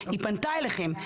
היא פנתה אליכם.